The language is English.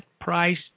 price